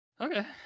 Okay